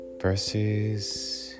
verses